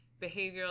behavioral